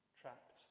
trapped